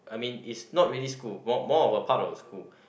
I mean is not really school more more of a part of a school